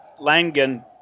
Langan